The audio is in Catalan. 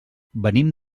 venim